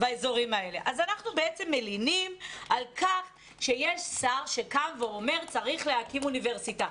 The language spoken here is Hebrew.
אז אנחנו בעצם מלינים על כך שיש שר שאומר שצריך להקים אוניברסיטה.